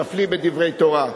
מפליא בדברי תורה.